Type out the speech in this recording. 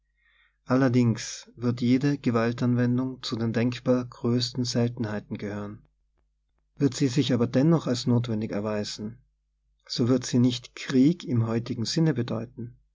allerdings wird jede gewaltanwendung zu den denk bar größten seltenheiten gehören wird sie sich aber dennoch als notwendig erweisen so wird sie nicht krieg im heutigen sinne bedeuten